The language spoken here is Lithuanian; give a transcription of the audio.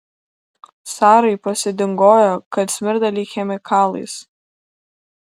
sarai pasidingojo kad smirda lyg chemikalais